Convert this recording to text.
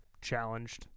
challenged